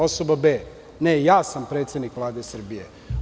Osoba B – ne, ja sam predsednik Vlade Srbije.